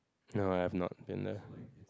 no I have not been there